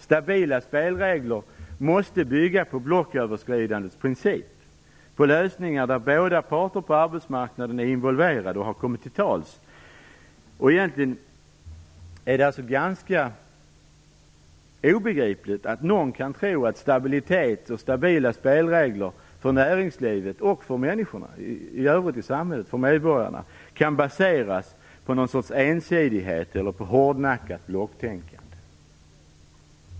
Stabila spelregler måste bygga på blocköverskridandets princip och lösningar i vilka båda parterna på arbetsmarknaden är involverade och har kommit till tals. Egentligen är det ganska obegripligt att någon kan tro att stabilitet och stabila spelregler för näringslivet och i övrigt för medborgarna i samhället kan baseras på någon sorts ensidighet eller på hårdnackat blocktänkande.